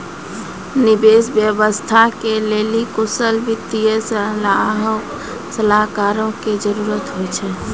निवेश व्यवस्था के लेली कुशल वित्तीय सलाहकारो के जरुरत होय छै